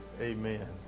Amen